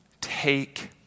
take